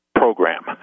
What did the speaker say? Program